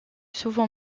souvent